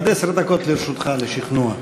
עד עשר דקות לרשותך לשכנוע.